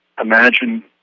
imagine